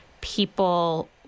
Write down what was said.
People